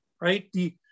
right